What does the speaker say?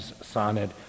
sonnet